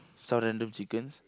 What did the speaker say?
some random chickens